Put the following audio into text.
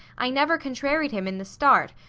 i never contraried him in the start,